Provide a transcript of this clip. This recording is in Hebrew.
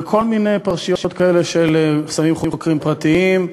וכל מיני פרשיות כאלה, ששמים חוקרים פרטיים,